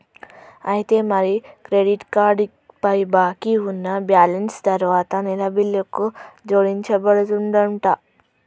అయితే మరి credit card పై బాకీ ఉన్న బ్యాలెన్స్ తరువాత నెల బిల్లుకు జోడించబడుతుందంట